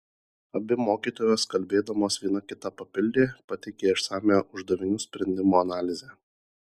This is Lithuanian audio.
abi mokytojos kalbėdamos viena kitą papildė pateikė išsamią uždavinių sprendimo analizę